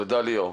תודה, ליאור.